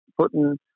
putting